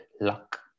luck